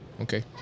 okay